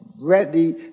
ready